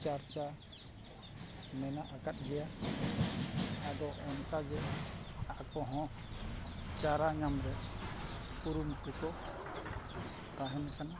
ᱪᱟᱨᱪᱟ ᱢᱮᱱᱟᱜ ᱟᱠᱟᱫ ᱜᱮᱭᱟ ᱟᱫᱚ ᱚᱱᱠᱟ ᱜᱮ ᱟᱠᱚ ᱦᱚᱸ ᱪᱟᱨᱟ ᱧᱟᱢᱨᱮ ᱠᱩᱨᱩᱢᱩᱴᱩ ᱠᱚ ᱛᱟᱦᱮᱱ ᱠᱟᱱᱟ